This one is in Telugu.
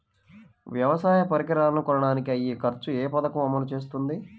వ్యవసాయ పరికరాలను కొనడానికి అయ్యే ఖర్చు ఏ పదకము అమలు చేస్తుంది?